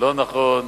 ולא נכון.